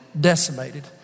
decimated